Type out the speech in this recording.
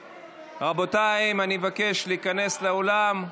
רבותיי, אני מבקש להיכנס לאולם.